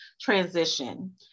transition